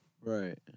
Right